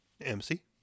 MC